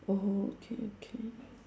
oh okay okay